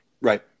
right